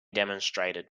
demonstrated